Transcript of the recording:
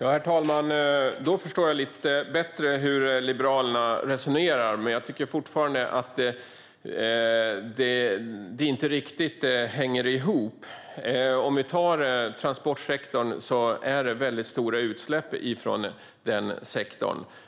Herr talman! Då förstår jag lite bättre hur Liberalerna resonerar, men jag tycker fortfarande att det inte riktigt hänger ihop. Det är väldigt stora utsläpp från transportsektorn,